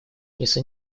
если